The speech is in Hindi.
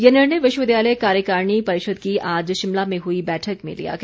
ये निर्णय विश्वविद्यालय कार्यकारिणी परिषद की आज शिमला में हुई बैठक में लिया गया